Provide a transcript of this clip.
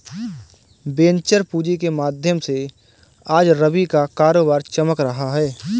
venture पूँजी के माध्यम से आज रवि का कारोबार चमक रहा है